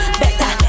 better